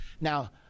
Now